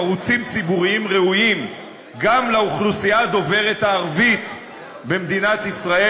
ערוצים ציבוריים ראויים גם לאוכלוסייה דוברת הערבית במדינת ישראל,